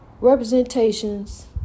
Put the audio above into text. representations